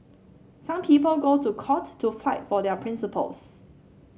some people go to court to fight for their principles